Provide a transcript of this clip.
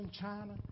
China